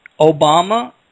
Obama